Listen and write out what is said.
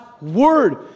word